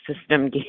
system